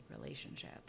relationship